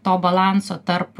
to balanso tarp